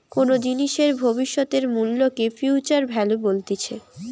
কোনো জিনিসের ভবিষ্যতের মূল্যকে ফিউচার ভ্যালু বলতিছে